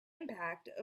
impact